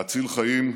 להציל חיים,